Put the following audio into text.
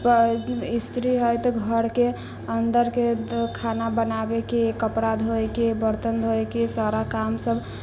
स्त्री है तऽ घर के अन्दर के खाना बनाबे के कपड़ा धोए के बर्तन धोयके सारा काम सब घर के